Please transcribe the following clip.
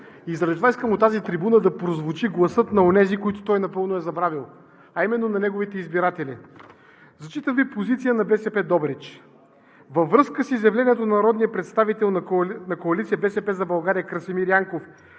и заради това искам от тази трибуна да прозвучи гласът на онези, които той напълно е забравил, а именно на неговите избиратели. Зачитам Ви позиция на БСП – Добрич: „Във връзка с изявлението на народния представител на Коалиция „БСП за България“ Красимир Янков,